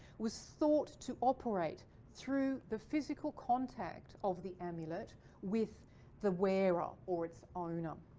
was thought to operate through the physical contact of the amulet with the wearer ah or its owner.